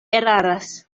eraras